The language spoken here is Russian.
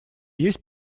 есть